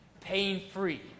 Pain-free